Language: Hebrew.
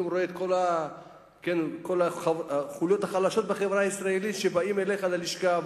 רואה את כל החוליות החלשות בחברה הישראלית שבאות אליך ללשכה,